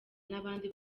n’abandi